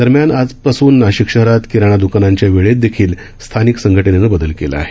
दरम्यान आजपासून नाशिक शहरात किराणा द्रकानांच्या वेळेत देखील स्थानिक संघटनेनं बदल केला आहे